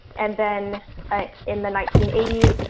and then in the nineteen eighty s,